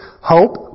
hope